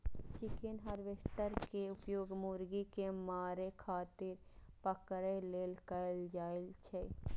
chicken harvester के उपयोग मुर्गी कें मारै खातिर पकड़ै लेल कैल जाइ छै